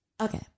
Okay